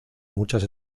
muchas